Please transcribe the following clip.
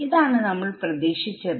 ഇതാണ് നമ്മൾ പ്രതീക്ഷിച്ചത്